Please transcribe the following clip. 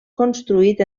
construït